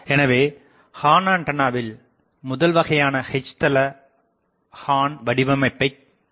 எனவே ஹார்ன்ஆண்டனாவில் முதல் வகையான H தள ஹார்ன் வடிவமைப்புக் காணலாம்